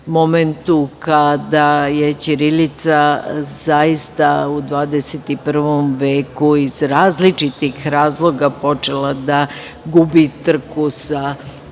momentu kada je ćirilica zaista u 21. veku iz različitih razloga počela da gubi trku sa